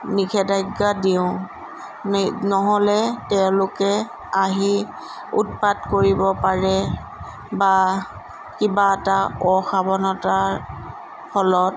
নিষেধাজ্ঞা দিওঁ নহ'লে তেওঁলোকে আহি উৎপাত কৰিব পাৰে বা কিবা এটা অসাৱধানতাৰ ফলত